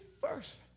first